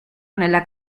nella